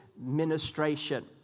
ministration